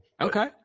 Okay